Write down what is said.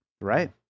Right